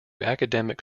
academic